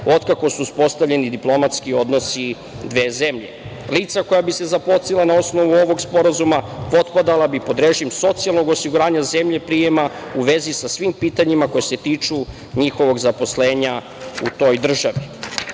od kako su uspostavljeni diplomatski odnosi dve zemlje. Lica koja bi se zaposlila na osnovu ovog sporazuma potpadala bi pod režim socijalnog osiguranja zemlje prijema u vezi sa svim pitanjima koja se tiču njihovog zaposlenja u toj državi.